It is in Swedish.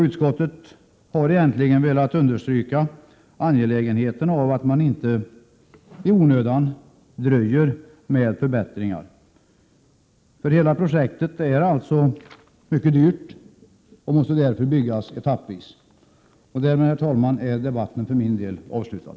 Utskottet har egentligen velat understryka angelägenheten av att man inte i onödan dröjer med förbättringar. Projektet är alltså mycket dyrt och måste därför byggas etappvis. Därmed, herr talman, är debatten för min del avslutad.